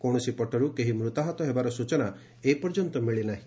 କୌଣସି ପଟର୍ କେହି ମୃତାହତ ହେବାର ସ୍ୱଚନା ଏପର୍ଯ୍ୟନ୍ତ ମିଳି ନାହିଁ